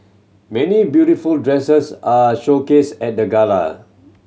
many beautiful dresses are showcased at the gala